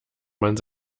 man